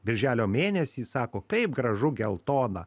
birželio mėnesį sako kaip gražu geltona